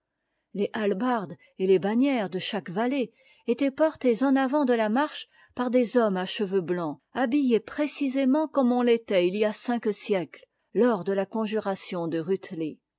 les hallebardes et les bannières de chaque vallée étaient portées en avant de la marche par des hommes à cheveux blancs habillés prénsément comme on l'était il y a cinq siècles lors de la conjuration du rutli